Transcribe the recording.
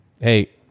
hey